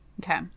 Okay